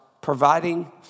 providing